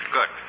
Good